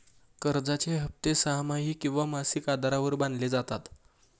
कर्जाचे हप्ते सहामाही किंवा मासिक आधारावर बांधले जातात